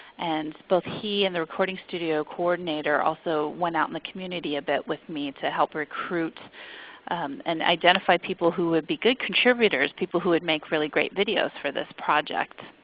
and both he and the recording studio coordinator also went out in the community a bit with me to help recruit and identify people who would be good contributors, people who would make really great videos for this project.